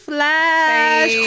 Flash